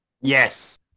Yes